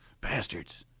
bastards